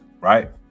right